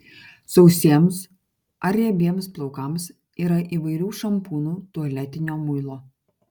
sausiems ar riebiems plaukams yra įvairių šampūnų tualetinio muilo